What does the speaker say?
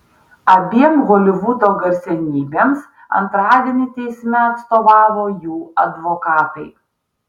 abiem holivudo garsenybėms antradienį teisme atstovavo jų advokatai